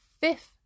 fifth